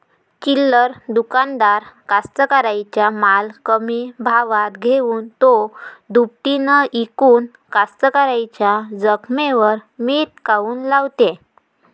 चिल्लर दुकानदार कास्तकाराइच्या माल कमी भावात घेऊन थो दुपटीनं इकून कास्तकाराइच्या जखमेवर मीठ काऊन लावते?